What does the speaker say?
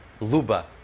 Luba